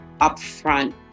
upfront